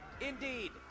Indeed